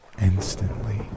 instantly